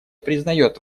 признает